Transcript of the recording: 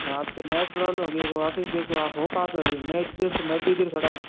आपके net problem होगी एक वापस देखो आप हो कहाँ पर अभी मैं इतनी देर से मैं भी इधर ही खड़ा हूँ